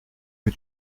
que